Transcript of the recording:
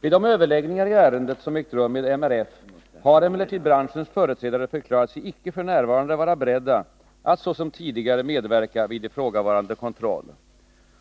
Vid de överläggningar i ärendet som ägt rum med MRF har emellertid branschens företrädare förklarat sig icke f. n. vara beredda att såsom tidigare medverka vid ifrågavarande kontroll.